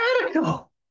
radical